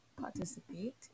participate